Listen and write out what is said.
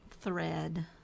thread